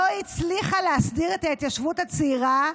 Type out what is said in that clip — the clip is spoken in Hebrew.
הצליחה להסדיר את ההתיישבות הצעירה.